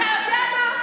תודה.